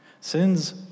Sins